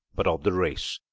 but of the race.